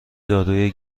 داروی